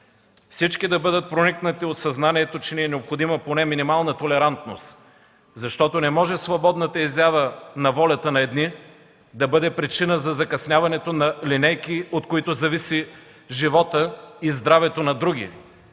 Всички да бъдат проникнати от съзнанието, че ни е необходима поне нормална толерантност, защото не може свободната изява на волята на едни да бъде причина за закъсняването на линейки, от които зависят животът и здравето на други,